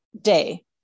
day